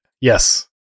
Yes